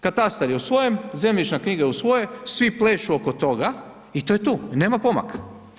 Katastar je u svoje zemljišna knjiga je u svoje, svi plešu oko toga i to je tu, nema pomaka.